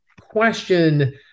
question